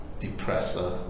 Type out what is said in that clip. depressor